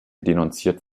denunziert